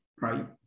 right